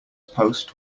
post